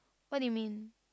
what did you mean